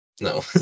No